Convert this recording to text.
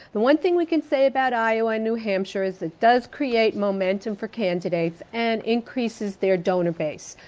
the one thing we can say about iowa and new hampshire is it does create momentum for candidates and increases their donor base.